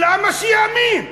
למה שיאמין?